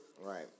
Right